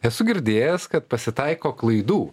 esu girdėjęs kad pasitaiko klaidų